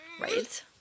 right